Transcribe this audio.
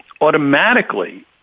automatically